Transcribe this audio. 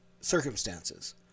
circumstances